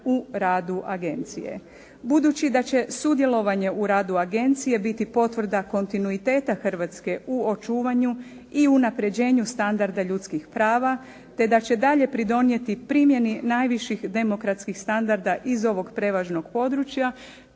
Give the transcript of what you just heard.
u radu agencije. Budući da će sudjelovanje u radu agencije biti potvrda kontinuitete Hrvatske u očuvanje i unapređenju standarda ljudskih prava, te da će dalje pridonijeti primjeni najvećih demokratskih standarda iz ovog prevažnog područja,